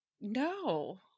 No